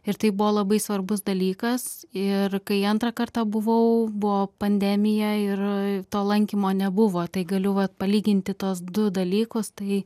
ir tai buvo labai svarbus dalykas ir kai antrą kartą buvau buvo pandemija ir to lankymo nebuvo tai galiu vat palyginti tuos du dalykus tai